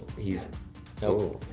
he's no.